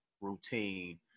routine